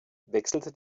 wechselte